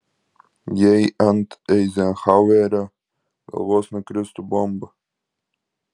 jei ant eizenhauerio galvos nukristų bomba